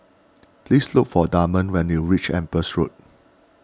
please look for Damond when you reach Empress Road